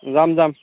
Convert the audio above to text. যাম যাম